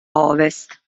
ovest